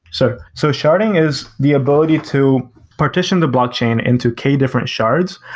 so so sharding is the ability to partition the blockchain into k-different shards,